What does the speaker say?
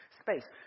space